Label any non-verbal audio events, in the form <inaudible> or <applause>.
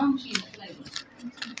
<unintelligible>